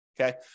Okay